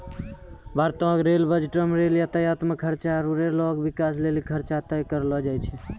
भारतो के रेल बजटो मे रेल यातायात मे खर्चा आरु रेलो के बिकास लेली खर्चा तय करलो जाय छै